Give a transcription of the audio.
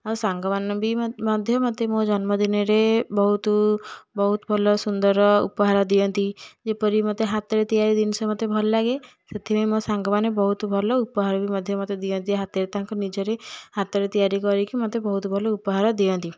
ଆଉ ସାଙ୍ଗମାନେ ବି ମଧ୍ୟ ମୋ ଜନ୍ମଦିନରେ ବହୁତ ବହୁତ ଭଲ ସୁନ୍ଦର ଉପହାର ଦିଅନ୍ତି ଯେପରି ହାତରେ ତିଆରି ଜିନିଷ ମୋତେ ବହୁତ ଭଲ ଲାଗେ ସେଥିପାଇଁ ମୋ ସାଙ୍ଗମାନେ ବହୁତ ଭଲ ଉପହାର ମଧ୍ୟ ଦିଅନ୍ତି ତା ହାତରେ ତାଙ୍କ ନିଜର ହାତରେ ତିଆରି କରିକି ମୋତେ ବହୁତ ଭଲ ଉପହାର ଦିଅନ୍ତି